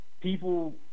people